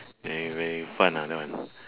very very fun ah that one